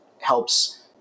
helps